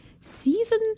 season